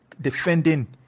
defending